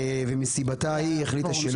ומסיבתה היא החליטה שלא.